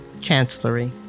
Chancellery